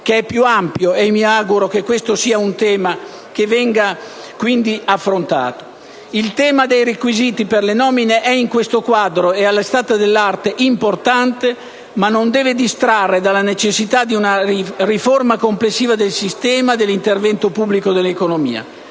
che è più ampia. Mi auguro che questo sia un tema che venga affrontato. Il tema dei requisiti per le nomine è in questo quadro e allo stato dell'arte importante, ma non deve distrarre dalla necessità di una riforma complessiva del sistema dell'intervento pubblico nell'economia.